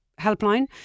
helpline